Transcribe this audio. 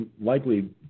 likely